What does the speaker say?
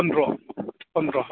फन्द्र' फन्द्र'